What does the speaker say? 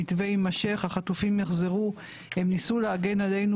המתווה יימשך והחטופים יחזרו והם ניסו להגן עלינו,